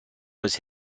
was